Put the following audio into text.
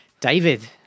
David